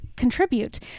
contribute